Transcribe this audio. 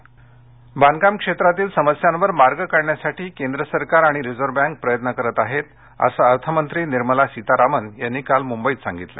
सीतारामन् बांधकाम क्षेत्रातील समस्यांवर मार्ग काढण्यासाठी केंद्र सरकार आणि रिझर्व्ह बँक प्रयत्न करत आहेत असं अर्थमंत्री निर्मला सीतारामन् यांनी काल मुंबईत सांगितलं